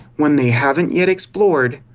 one they haven't yet explored,